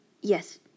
Yes